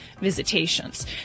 visitations